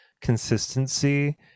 consistency